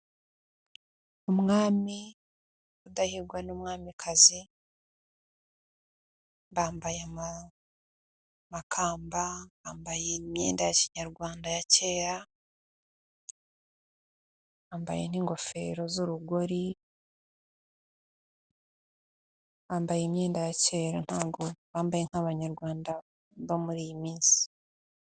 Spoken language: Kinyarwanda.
Umwami Rudahigwa n'umwamikazi, bambaye amakamba bambaye imyenda ya Kinyarwanda ya kera bambaye n'ingofero z'urugori bambaye imyenda ya kera, ntabwo bambaye nk'abanyarwanda bo muri iyi minsi.